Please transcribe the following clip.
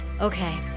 Okay